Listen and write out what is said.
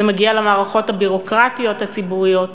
זה מגיע למערכות הביורוקרטיות הציבוריות,